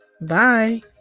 Bye